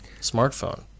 smartphone